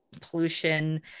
pollution